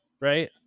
Right